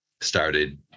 started